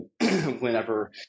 whenever